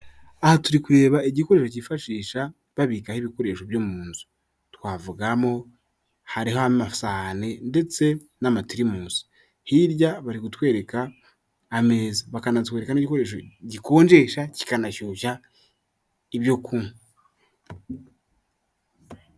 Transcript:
Aha turi kureba igikoresho cyifashishwa babikaho ibikoresho byo mu nzu, twavugamo hariho amasahane ndetse n'amateremusi, hirya bari kutwereka ameza, bakanatwereka n'igikoresho gikonjesha kikanashyushya ibyo kunywa.